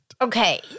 Okay